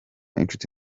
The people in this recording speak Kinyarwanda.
inshuti